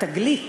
התגלית